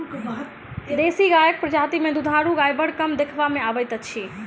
देशी गायक प्रजाति मे दूधारू गाय बड़ कम देखबा मे अबैत अछि